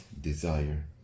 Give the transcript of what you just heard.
desire